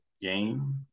game